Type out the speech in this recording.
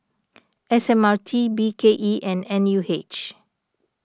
S M R T B K E and N U H